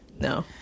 No